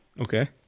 Okay